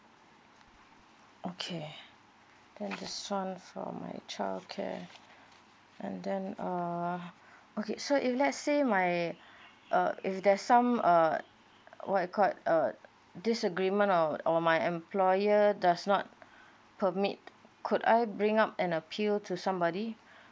okay this one for my childcare and then err okay so if let's say my uh if there's some uh what you called uh disagreement or or my employer does not permit could I bring up an appeal to somebody